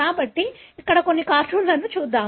కాబట్టి ఇక్కడ కొన్ని కార్టూన్ లను చూద్దాం